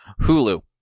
Hulu